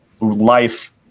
life